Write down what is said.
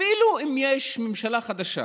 אפילו אם יש ממשלה חדשה